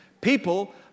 people